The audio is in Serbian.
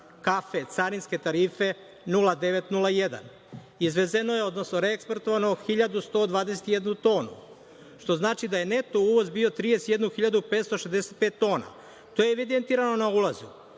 kafe, carinske tarife 0901. Izvezeno je, odnosno reekspertovano 1.121 tonu, što znači da je neto uvoz bio 31.565 tona. To je evidentirano na ulazu.